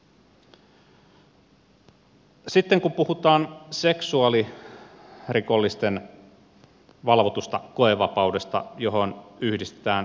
sitten kun puhutaan seksuaalirikollisten valvotusta koevapaudesta johon yhdistetään vapaaehtoinen lääkehoito